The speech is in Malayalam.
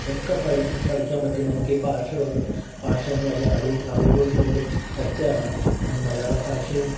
ഒക്കെ പഠിക്കാൻ പറ്റും നമുക്കീ ഭാഷ കൊണ്ടും ഭാഷ അറിവുകൾ കൊണ്ടും ഒക്കെയാണ് നമുക്ക് മലയാള ഭാഷയും